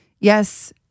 yes